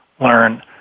learn